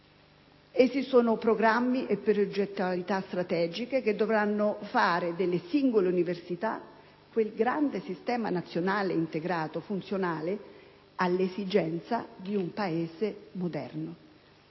Sono programmi e progettualità strategiche, che dovranno fare delle singole università quel grande sistema nazionale integrato funzionale alle esigenze di un Paese moderno.